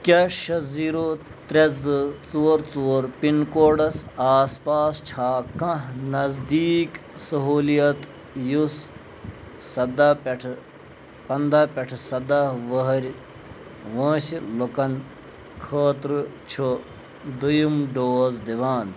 کیٛاہ شےٚ زیٖرو ترٛےٚ زٕ ژور ژور پِن کوڈس آس پاس چھےٚ کانٛہہ نزدیٖک سہوٗلِیت یُس سداہ پٮ۪ٹھٕ پنٛداہ پٮ۪ٹھٕ سَداہ ؤۂرۍ وٲنٛسہِ لُکَن خٲطرٕ چھُ دٔیِم ڈوز دِوان